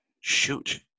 shoot